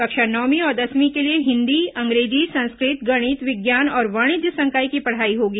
कक्षा नवमीं और दसवीं के लिए हिन्दी अंग्रेजी संस्कृत गणित विज्ञान और वाणिज्य संकाय की पढ़ाई होगी